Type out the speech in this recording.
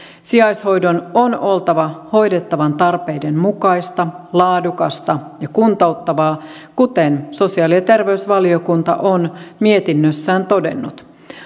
sijaishoidon on oltava hoidettavan tarpeiden mukaista laadukasta ja kuntouttavaa kuten sosiaali ja terveysvaliokunta on mietinnössään todennut